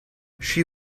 she